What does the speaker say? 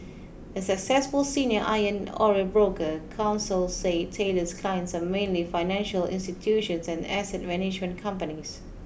a successful senior iron ore broker counsel say Taylor's clients are mainly financial institutions and asset management companies